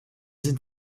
sind